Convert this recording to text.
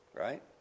Right